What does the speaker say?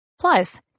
Plus